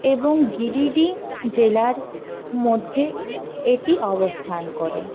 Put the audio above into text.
এবং গিরিডি জেলার মধ্যে এটি অবস্থান করে